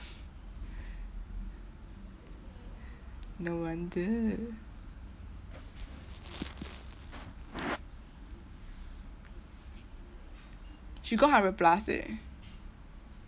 no wonder she got hundred plus eh